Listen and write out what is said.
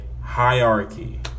hierarchy